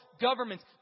governments